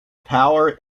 power